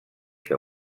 que